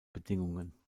bedingungen